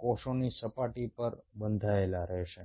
કોષોની સપાટી પર બંધાયેલા રહેશે